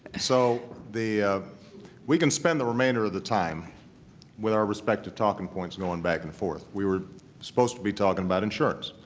so we can spend the remainder of the time with our respective talking points going back and forth. we were supposed to be talking about insurance.